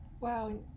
wow